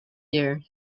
year